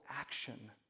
action